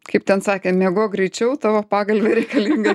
kaip ten sakė miegok greičiau tavo pagalvė reikalinga